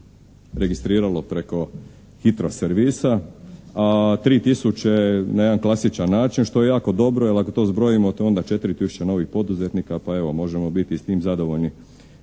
registriralo preko HITRO servisa, a 3 tisuće na jedan klasičan način što je jako dobro, jer ako to zbrojimo to je onda 4 tisuće novih poduzetnika pa evo možemo biti i s tim zadovoljni.